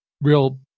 real